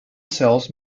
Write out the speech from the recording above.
cells